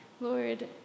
Lord